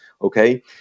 Okay